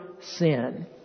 sin